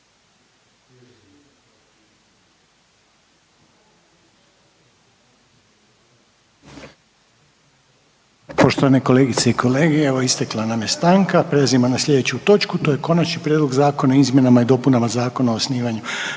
Poštovane kolegice i kolege, evo istekla nam je stanka, prelazimo na slijedeću točku, to je: - Konačni prijedlog zakona o izmjenama i dopunama Zakona o osnivanju